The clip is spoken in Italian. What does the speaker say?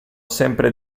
sempre